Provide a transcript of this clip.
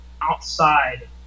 outside